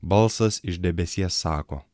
balsas iš debesies sako